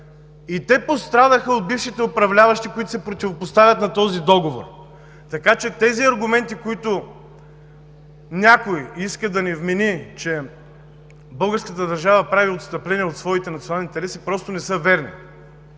Те пострадаха от бившите управляващи, които се противопоставят на този договор, така че тези аргументи, които някой иска да ни вмени – че българската държава прави отстъпление от своите национални интереси, просто не са верни.